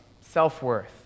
self-worth